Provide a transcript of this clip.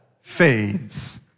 fades